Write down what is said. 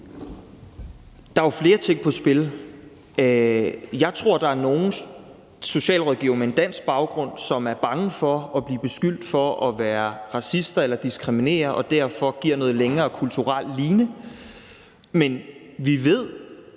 Der er jo flere ting på spil. Jeg tror, der er nogle socialrådgivere med en dansk baggrund, som er bange for at blive beskyldt for at være racister eller for at diskriminere og derfor giver noget længere kulturel line. Men vi ved